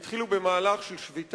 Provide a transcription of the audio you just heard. הם התחילו במהלך של שביתה,